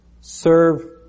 serve